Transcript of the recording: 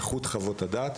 איכות חוות הדעת,